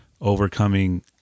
overcoming